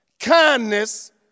kindness